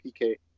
PK